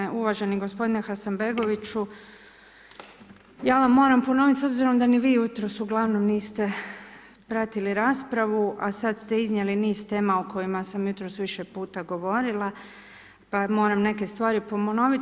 Gospodine, uvaženi gospodine Hasanbegoviću, ja vam moram ponoviti s obzirom da ni vi jutros uglavnom niste pratili raspravu a sada ste iznijeli niz tema o kojima sam jutros više puta govorila pa moram neke stvari ponoviti.